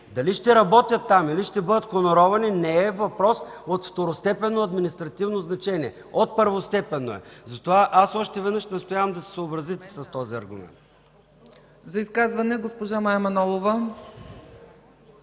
обаче ще работят там, или ще бъдат хонорувани не е въпрос от второстепенно административно значение. От първостепенно е! Затова още веднъж настоявам да се съобразите с този аргумент. ПРЕДСЕДАТЕЛ ЦЕЦКА ЦАЧЕВА: За изказване – госпожа Мая Манолова.